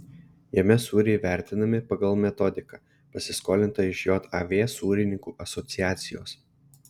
jame sūriai vertinami pagal metodiką pasiskolintą iš jav sūrininkų asociacijos